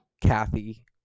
Kathy